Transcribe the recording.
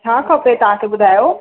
छा खपे तव्हांखे ॿुधायो